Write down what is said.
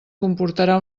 comportarà